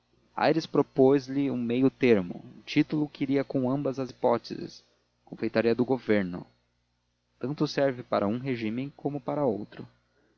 aires propôs lhe um meio-termo um título que iria com ambas as hipóteses confeitaria do governo tanto serve para um regímen como para outro